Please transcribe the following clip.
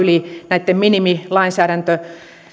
näitten minimilainsäädäntöjen